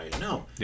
No